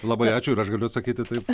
labai ačiū ir aš galiu atsakyti taip